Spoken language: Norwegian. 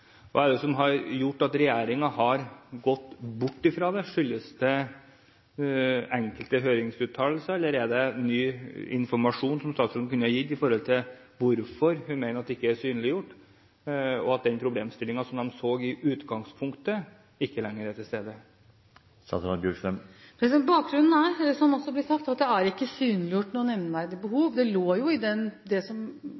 er det som har gjort at regjeringen har gått bort fra det? Skyldes det enkelte høringsuttalelser, eller er det ny informasjon som statsråden kunne ha gitt om hvorfor hun mener at det ikke er synliggjort, og at den problemstillingen som de så i utgangspunktet, ikke lenger er til stede? Bakgrunnen er, slik det også ble sagt, at det ikke er synliggjort